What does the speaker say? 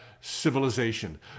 civilization